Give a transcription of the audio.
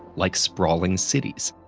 like sprawling cities.